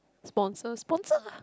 sponsor sponsor lah